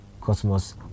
Cosmos